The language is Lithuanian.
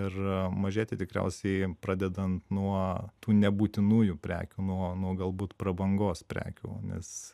ir mažėti tikriausiai pradedant nuo tų nebūtinųjų prekių nuo nuo galbūt prabangos prekių nes